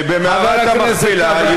שבמערת המכפלה,